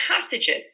passages